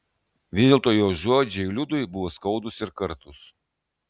vis dėlto jo žodžiai liudui buvo skaudūs ir kartūs